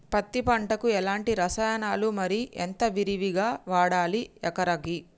పత్తి పంటకు ఎలాంటి రసాయనాలు మరి ఎంత విరివిగా వాడాలి ఎకరాకి?